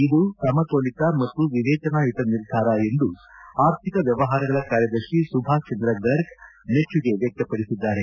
ಇದು ಸಮತೋಲಿತ ಮತ್ತು ವಿವೇಚನಾಯುತ ನಿರ್ಧಾರ ಎಂದು ಆರ್ಥಿಕ ವ್ಯವಹಾರಗಳ ಕಾರ್ಯದರ್ಶಿ ಸುಭಾಷ್ ಚಂದ್ರ ಗರ್ಗ್ ಮೆಚ್ಚುಗೆ ವ್ಯಕ್ತಪಡಿಸಿದ್ದಾರೆ